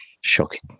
Shocking